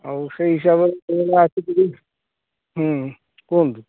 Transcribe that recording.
ଆଉ ସେହି ହିସାବରେ ତିର୍ତ୍ତୋଲ ଆସିକିରି କୁହନ୍ତୁ